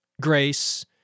grace